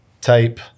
type